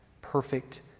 Perfect